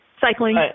cycling